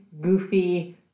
goofy